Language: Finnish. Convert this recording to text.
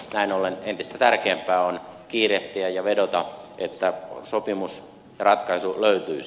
näin ollen entistä tärkeämpää on kiirehtiä ja vedota että sopimusratkaisu löytyisi